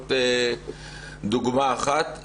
זאת דוגמה אחת,